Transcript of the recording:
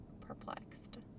perplexed